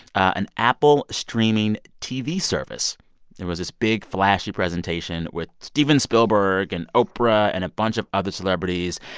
an apple streaming tv service there was this big, flashy presentation with steven spielberg and oprah and a bunch of other celebrities.